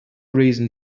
reason